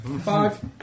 Five